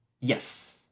Yes